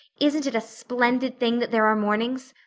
isn't it a splendid thing that there are mornings?